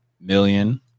million